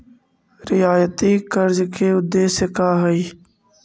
रियायती कर्जा के उदेश्य का हई?